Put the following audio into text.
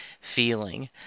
feeling